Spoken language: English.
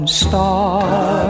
star